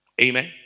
Amen